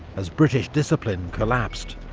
as british discipline collapsed,